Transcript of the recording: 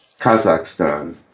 Kazakhstan